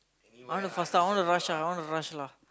I wanna faster I wanna rush ah I wanna rush lah